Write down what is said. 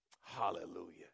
Hallelujah